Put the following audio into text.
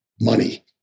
money